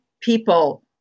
people